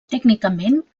tècnicament